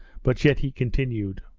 but yet he continued,